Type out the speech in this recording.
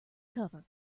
cover